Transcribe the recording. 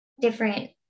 different